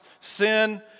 sin